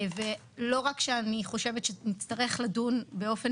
ולא רק שאני חושבת שנצטרך לדון באופן